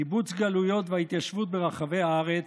קיבוץ גלויות וההתיישבות ברחבי הארץ,